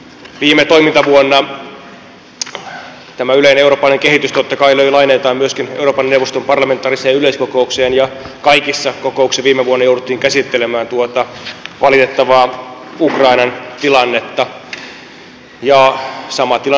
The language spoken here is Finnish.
viime toimintavuonna tämä yleinen eurooppalainen kehitys totta kai löi laineitaan myöskin euroopan neuvoston parlamentaariseen yleiskokoukseen ja kaikissa kokouksissa viime vuonna jouduttiin käsittelemään tuota valitettavaa ukrainan tilannetta ja sama tilannehan jatkuu edelleen